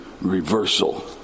reversal